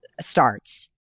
starts